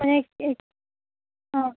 অঁ